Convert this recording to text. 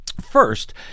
First